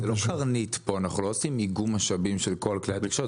אנחנו לא עושים איגום משאבים של כל כלי התקשורת,